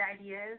ideas